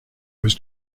was